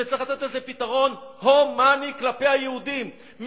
וצריך לתת לזה פתרון הומני כלפי היהודים.